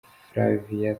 flavia